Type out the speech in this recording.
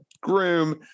groom